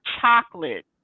chocolate